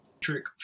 Trick